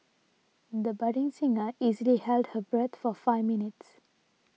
the budding singer easily held her breath for five minutes